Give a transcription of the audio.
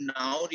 now